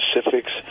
specifics